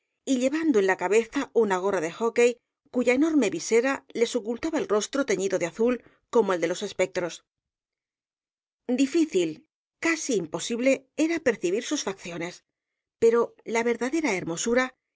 y llevando en la cabeza una gorra jockey cuya enorme visera les ocultaba el rostro teñido de azul como el de los espectros difícil casi imposible era percibir sus facciones pero la verdadera hermosura